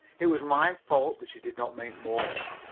it was my fault that she did not make more.